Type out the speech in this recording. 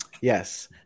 Yes